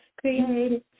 created